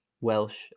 Welsh